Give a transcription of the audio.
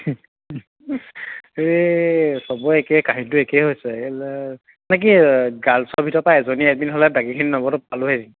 এই চবৰে একেই কাহিনীটো একেই হৈছে এই নেকি গাৰ্লছৰ ভিতৰৰ পৰা এজনী এদিন হ'লে বাকীখিনি নম্বৰটো পালোঁ হৈ